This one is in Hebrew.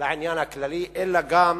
לעניין הכללי, אלא גם